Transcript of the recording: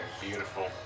Beautiful